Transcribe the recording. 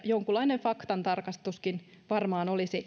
jonkunlainen faktantarkastuskin varmaan olisi